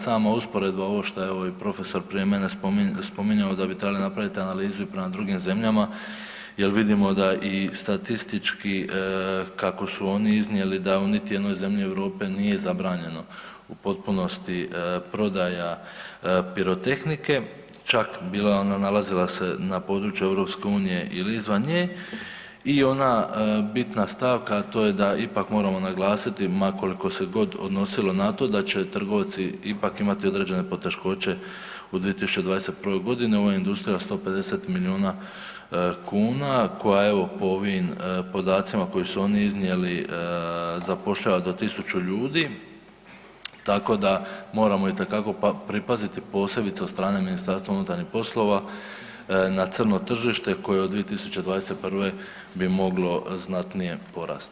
Samo usporedba ovo što je ovi profesor prije mene spominjao da bi trebali napraviti analizu i prema drugim zemljama jel vidimo da i statistički, kako su oni iznijeli, da u niti jednoj zemlji Europe nije zabranjeno u potpunosti prodaja pirotehnike, čak bila ona nalazila se na području EU ili izvan nje i ona bitna stavka, a to je da ipak moramo naglasiti ma koliko god se odnosilo na to da će trgovci ipak imati određene poteškoće u 2021.g., ova industrija od 150 milijuna kuna, koja evo po ovim podacima koji su oni iznijeli, zapošljava do 1000 ljudi tako da moramo itekako pripaziti, posebice od strane MUP-a na crno tržište koje od 2021. bi moglo znatnije porasti.